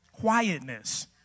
quietness